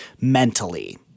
mentally